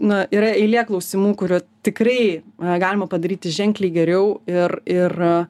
na yra eilė klausimų kurių tikrai galima padaryti ženkliai geriau ir ir